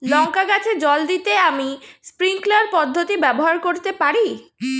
লঙ্কা গাছে জল দিতে আমি স্প্রিংকলার পদ্ধতি ব্যবহার করতে পারি?